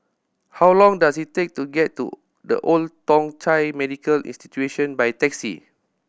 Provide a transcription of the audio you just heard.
how long does it take to get to The Old Thong Chai Medical Institution by taxi